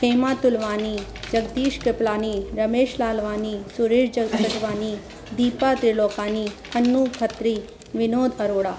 Hema Tulwani Jagdish Kripalani Ramesh Lalwani Suresh J Sajwani Deepa Trilokani Anu Khatri Vinod Arora